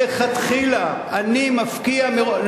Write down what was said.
הפקעה היא לכתחילה, אני מפקיע מראש.